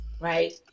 right